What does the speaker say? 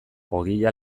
ogia